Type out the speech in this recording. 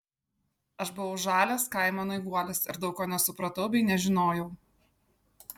aš buvau žalias kaimo naivuolis ir daug ko nesupratau bei nežinojau